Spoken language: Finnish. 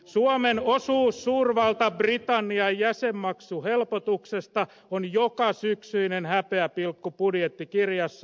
suomen osuus suurvalta britannian jäsenmaksuhelpotuksesta on jokasyksyinen häpeäpilkku budjettikirjassa